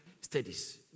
studies